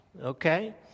okay